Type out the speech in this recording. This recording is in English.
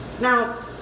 Now